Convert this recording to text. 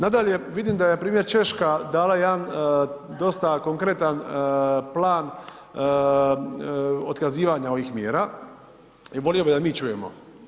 Nadalje, vidim da je npr. Češka dala jedan dosta konkretan plan otkazivanja ovih mjera i volio bi da mi čujemo.